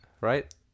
right